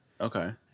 Okay